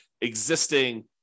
existing